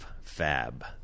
fab